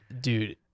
dude